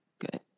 Good